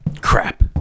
Crap